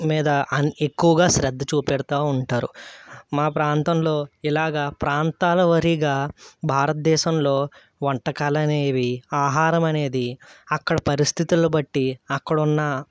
మీద అన్ ఎక్కువగా శ్రద్ధ చూపెడుతూ ఉంటారు మా ప్రాంతంలో ఇలాగా ప్రాంతాలవారీగా భారతదేశంలో వంటకాలు అనేవి ఆహారం అనేది అక్కడ పరిస్థితులు బట్టి అక్కడున్న